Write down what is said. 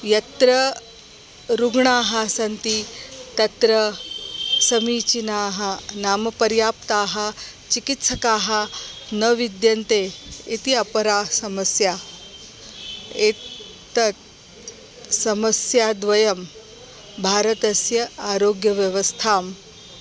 यत्र रुग्णाः सन्ति तत्र समीचीनाः नाम पर्याप्ताः चिकित्सकाः न विद्यन्ते इति अपरा समस्या एतत् समस्याद्वयं भारतस्य आरोग्यव्यवस्थां